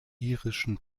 irischen